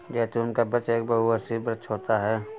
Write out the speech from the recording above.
जैतून का वृक्ष एक बहुवर्षीय वृक्ष होता है